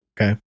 Okay